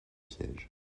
piège